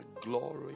glory